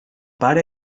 pare